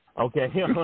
Okay